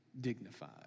dignified